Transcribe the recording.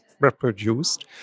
reproduced